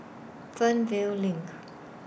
Fernvale LINK